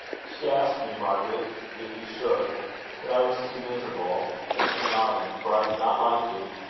she asked me, margaret, if you should but i was too miserable and too naughty, for i did not like you.